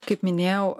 kaip minėjau